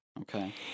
Okay